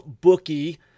bookie